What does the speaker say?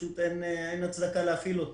אין הצדקה להפעיל אותו.